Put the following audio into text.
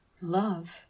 Love